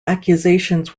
accusations